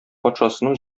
патшасының